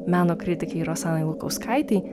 meno kritikei rosanai lukauskaitei